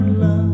love